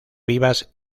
vivas